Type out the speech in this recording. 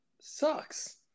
sucks